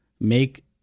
make